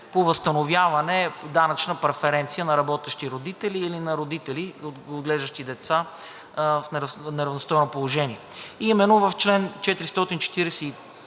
по възстановяване, данъчна преференция на работещи родители или на родители, отглеждащи деца в неравностойно положение. Именно в чл. 444